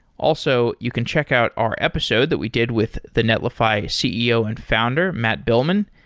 also, you can check out our episode that we did with the netlify ceo and founder matt billman.